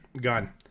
gone